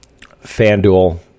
FanDuel